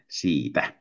siitä